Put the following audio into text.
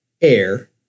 air